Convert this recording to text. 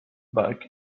back